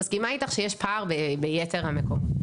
אני מסכימה איתך שיש פער ביתר המקומות.